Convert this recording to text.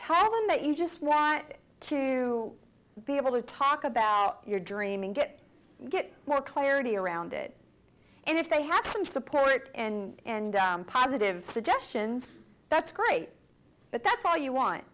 them that you just want to be able to talk about your dream and get get more clarity around it and if they have some support and positive suggestions that's great but that's all you want